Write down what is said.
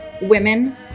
women